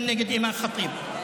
גם נגד אימאן ח'טיב.